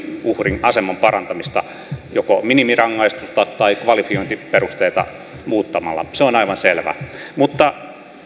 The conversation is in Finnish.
uhrin aseman parantamista joko minimirangaistusta tai kvalifiointiperusteita muuttamalla se on aivan selvä mutta